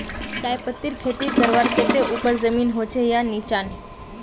चाय पत्तीर खेती करवार केते ऊपर जमीन होचे या निचान?